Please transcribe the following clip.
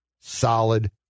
solid